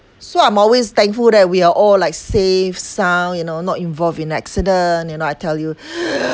so I'm always thankful that we are all like safe sound you know not involved in accident you know I tell you